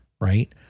right